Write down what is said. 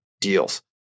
deals